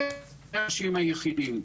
אלה האנשים היחידים.